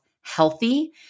healthy